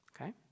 Okay